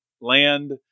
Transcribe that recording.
land